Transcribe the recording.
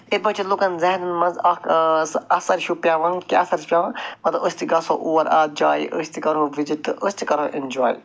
یِتھٕ پٲٹھۍ چھُ لُکَن ذیٚہنَن منٛز اکھ سُہ اَثر ہیٛوٗ پٮ۪وان کیٛاہ اَثر چھُ پٮ۪وان مطلب أسۍ تہِ گژھو اور اَتھ جایہِ أسۍ تہِ کرہو وِزِٹ تہٕ أسۍ تہِ کَرہو اینجاے